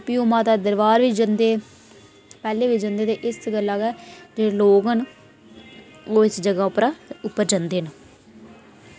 फ्ही ओह् माता दरबार बी जन्दे पैह्ले बी जन्दे ते इस गल्ला गै जेह्ड़े लोग न ओह् इस जगह उप्परा उप्पर जन्दे न